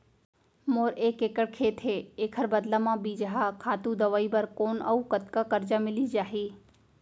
मोर एक एक्कड़ खेत हे, एखर बदला म बीजहा, खातू, दवई बर कोन अऊ कतका करजा मिलिस जाही?